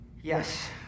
yes